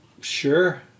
Sure